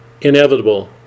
inevitable